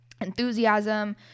enthusiasm